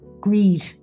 greed